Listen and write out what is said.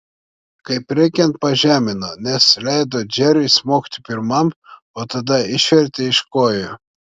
kaip reikiant pažemino nes leido džeriui smogti pirmam o tada išvertė iš kojų